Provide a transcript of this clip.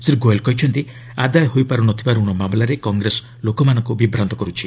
ଶ୍ରୀ ଗୋୟଲ୍ କହିଛନ୍ତି ଆଦାୟ ହୋଇପାରୁ ନ ଥିବା ଋଣ ମାମଲାରେ କଂଗ୍ରେସ ଲୋକମାନଙ୍କୁ ବିଭ୍ରାନ୍ତ କରୁଛି